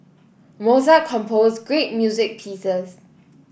Mozart composed great music pieces